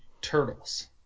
Turtles